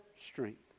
strength